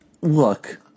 Look